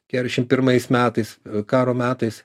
keturiasdešim pirmais metais karo metais